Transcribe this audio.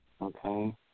Okay